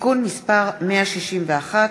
(תיקון מס' 161),